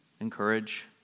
encourage